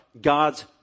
God's